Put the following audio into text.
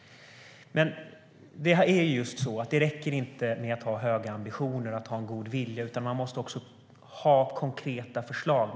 Men det räcker inte att ha höga ambitioner och en god vilja; man måste också ha konkreta förslag.